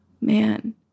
man